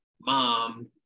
mom